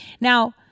Now